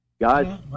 guys